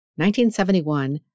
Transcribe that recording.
1971